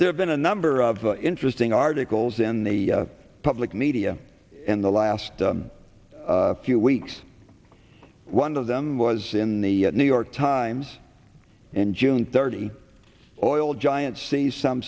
there have been a number of interesting articles in the public media and the last few weeks one of them was in the new york times in june thirty boil giant sees some